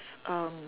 um